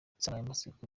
insanganyamatsiko